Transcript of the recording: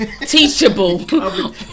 teachable